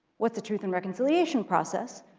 what's a truth and reconciliation process?